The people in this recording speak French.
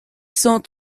cent